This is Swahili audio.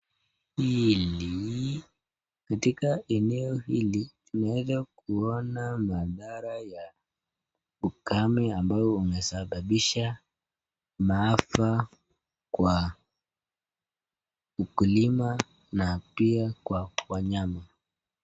Katika eneo hili tunaweza kuona madhara ya ukame ambao umesababisha maafa kwa ukulima na pia kwa wanyama.